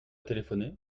téléphoné